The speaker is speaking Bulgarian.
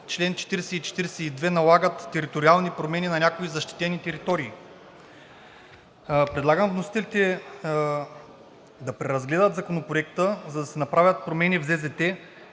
чл. 42 налагат териториални промени на някои защитени територии. Предлагам вносителите да преразгледат Законопроекта, за да се направят промени в